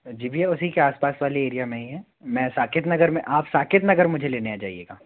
जी भैया उसी के आसपास वाले एरिया में ही हैं मैं साकेत नगर में आप साकेत नगर मुझे लेने आ जाइएगा